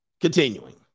Continuing